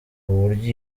uburyo